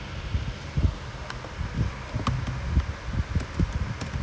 orh but legit lah I don't know okay lah I think felix you know felix right